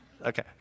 Okay